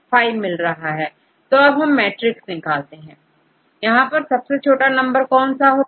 तो अब हम मैट्रिक्स निकालते हैं सबसे छोटा नंबर क्या होगा